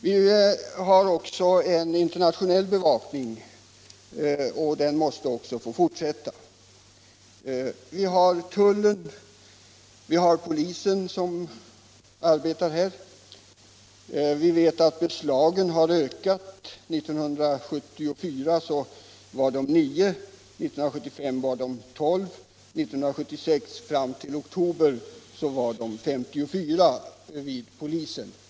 Vi har en internationell bevakning, som också måste få fortsätta. Vi har här tullen och polisen. Antalet beslag av narkotika har ökat. 1974 var det 9, 1975 var det 12 och 1976 fram till oktober har det gjorts 54 beslag av polisen.